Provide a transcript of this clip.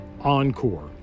Encore